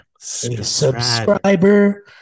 subscriber